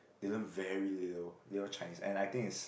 they learn very little little Chinese and I think it's